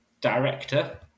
Director